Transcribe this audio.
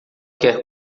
quer